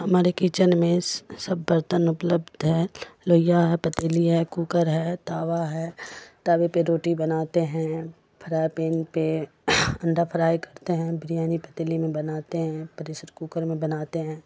ہمارے کچن میں سب برتن اپلبدھ ہیں لوہیا ہے پتییلی ہے کوکر ہے توا ہے توے پہ روٹی بناتے ہیں فرائی پین پہ انڈا فرائی کرتے ہیں بریانی پتییلی میں بناتے ہیں پریشر کوکر میں بناتے ہیں